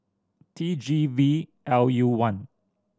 T G V L U one